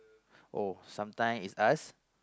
oh sometimes is us